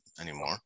anymore